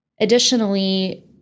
Additionally